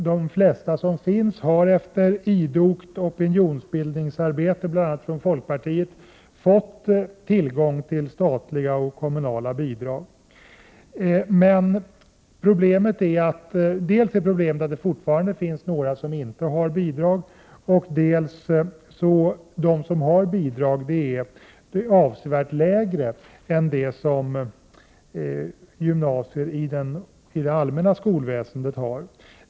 De flesta som finns har efter idogt opinionsbildningsarbete, bl.a. från folkpartiet, fått tillgång till statliga och kommunala bidrag. Problemet är dels att det fortfarande finns några som inte har bidrag, dels att de som har bidrag har ett avsevärt lägre bidrag än det som gymnasier i det allmänna skolväsendet har.